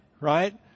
right